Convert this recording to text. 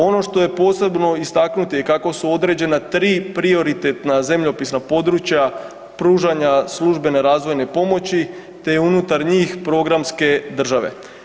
Ono što je posebno istaknuti kako su određena tri prioritetna zemljopisna područja pružanja službene razvojne pomoći, te unutar njih programske države.